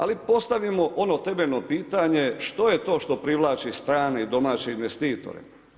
Ali postavimo ono temeljno pitanje što je to što privlači strane i domaće investitore.